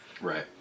Right